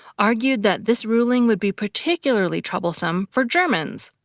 argued that this ruling would be particularly troublesome for germans,